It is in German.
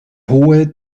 hohe